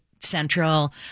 central